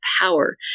power